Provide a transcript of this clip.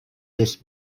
this